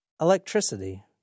electricity